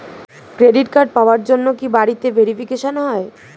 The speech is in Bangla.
ক্রেডিট কার্ড পাওয়ার জন্য কি বাড়িতে ভেরিফিকেশন হয়?